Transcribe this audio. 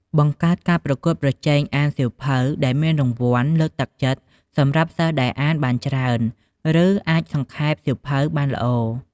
បង្កើតការប្រកួតប្រជែងអានសៀវភៅ ដែលមានរង្វាន់លើកទឹកចិត្តសម្រាប់សិស្សដែលអានបានច្រើន ឬអាចសង្ខេបសៀវភៅបានល្អ។